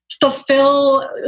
Fulfill